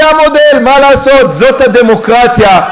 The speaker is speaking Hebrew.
זה המודל, מה לעשות, זאת הדמוקרטיה.